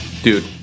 Dude